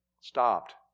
stopped